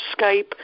Skype